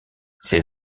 ses